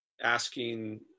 asking